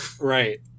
right